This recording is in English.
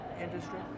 industry